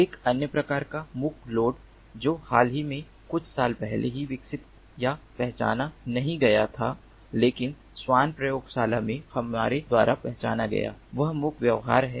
एक अन्य प्रकार का मुक् लोड जो हाल ही में कुछ साल पहले ही विकसित या पहचाना नहीं गया था लेकिन स्वान प्रयोगशाला में हमारे द्वारा पहचाना गया वह मुक् व्यवहार है